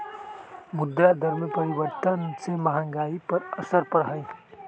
मुद्रा दर में परिवर्तन से महंगाई पर असर पड़ा हई